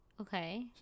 Okay